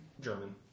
German